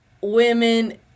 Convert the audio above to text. women